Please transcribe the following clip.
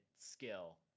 skill